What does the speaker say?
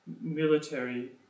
military